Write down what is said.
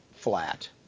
flat